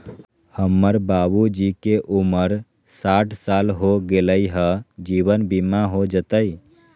हमर बाबूजी के उमर साठ साल हो गैलई ह, जीवन बीमा हो जैतई?